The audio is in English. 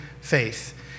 faith